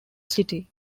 city